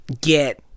get